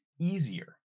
easier